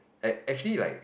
I actually like